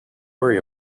worry